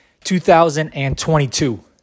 2022